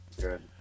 Good